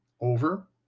over